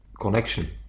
connection